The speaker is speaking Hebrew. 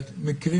מקרים,